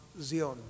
Zion